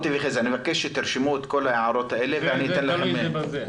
אני מבקש שתרשמו את כל ההערות האלה ואני אתן לכם להגיב.